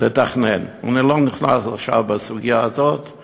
אני לא נכנס עכשיו לסוגיה אם